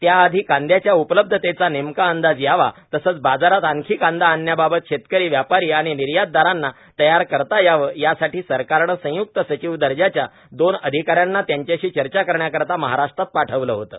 त्याआधी कांदयाच्या उपलब्धतेचा नेमका अंदाज यावा तसंच बाजारात आणखी कांदा आणण्याबाबत शेतकरी व्यापारी आणि निर्यातदारांना तयार करता यावं यासाठी सरकारनं संयुक्त सचिव दर्जाच्या दोन अधिका यांना त्यांच्याशी चर्चा करण्याकरता महाराष्ट्रात पाठवलं होतं